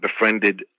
befriended